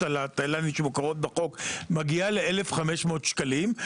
על התאילנדים שמוכרות בחוק מגיעה ל-1,500 שקלים,